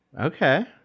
Okay